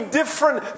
different